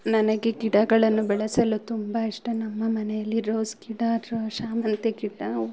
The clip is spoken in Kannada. ನನಗೆ ಗಿಡಗಳನ್ನು ಬೆಳೆಸಲು ತುಂಬ ಇಷ್ಟ ನಮ್ಮ ಮನೆಯಲ್ಲಿ ರೋಸ್ ಗಿಡ ಅಥ್ವಾ ಶಾಮಂತೆ ಗಿಡ